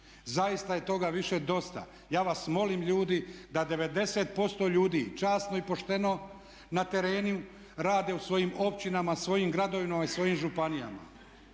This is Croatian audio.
Zaista je toga više dosta. Ja vas molim ljudi da 80% ljudi časno i pošteno na terenu rade u svojim općinama, svojim gradovima i svojim županijama.